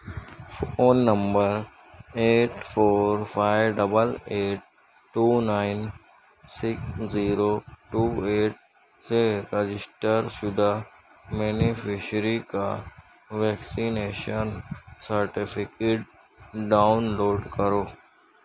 phone number eight four five double eight two nine six zero two eight سے register شدہ beneficiary کا vaccination certificate download کرو